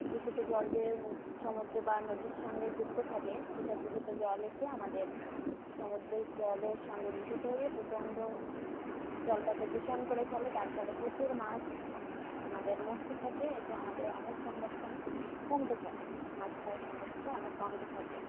দূষিত জল যে সমুদ্র বা নদীর সঙ্গে যুক্ত থাকে সেসব দূষিত জল এসে আমাদের সমুদ্রের জলের সঙ্গে মিশিত হয়ে প্রচণ্ড জলটাকে দূষণ করে ফেলে তার ফলে প্রচুর মাস আমাদের মরতে থাকে এতে আমাদের অনেক সংরক্ষণ কমতে থাকে মাছ খাওয়ার সংরক্ষণটা অনেক কমতে থাকে